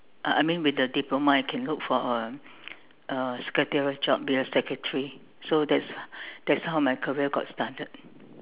uh I mean with a diploma you can look for a a secretarial job be a secretary so that's that's how my career got started